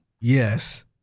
Yes